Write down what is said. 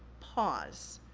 pause.